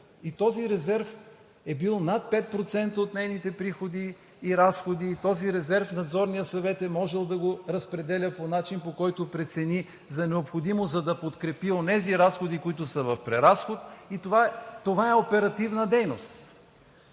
Този резерв е бил над 5% от нейните приходи и разходи. Този резерв Надзорният съвет е можел да го разпределя по начин, по който прецени за необходимо, за да подкрепи онези разходи, които са в преразход, и това е оперативна дейност.